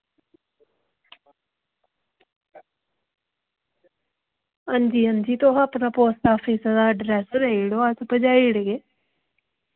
अंजी अंजी तुस अपने पोस्ट ऑफिस दा एड्रैस देई ओड़ेओ अस पजाई ओड़गे